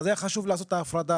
להסכם כהגדרתו